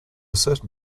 certain